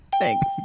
Thanks